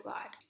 God